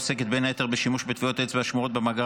ועוסקת בין היתר בשימוש בטביעות אצבע השמורות במאגר